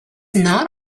not